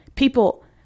People